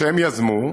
שהם יזמו,